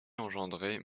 engendrés